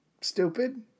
stupid